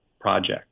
project